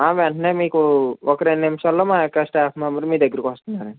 వెంటనే మీకు ఒక రెండు నిమిషాల్లో మా యొక్క స్టాఫ్ మెంబరు మీ దగ్గరికి వస్తున్నారండి